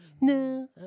no